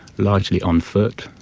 largely on foot.